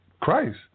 Christ